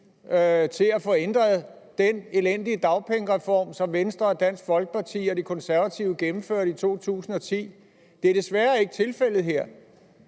til at få ændret den elendige dagpengereform, som Venstre og Dansk Folkeparti og De Konservative gennemførte i 2010. Det er desværre ikke tilfældet her.